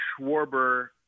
Schwarber